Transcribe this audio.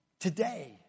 today